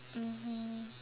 mmhmm